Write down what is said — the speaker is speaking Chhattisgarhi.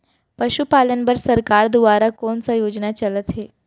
पशुपालन बर सरकार दुवारा कोन स योजना चलत हे?